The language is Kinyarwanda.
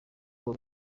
ngo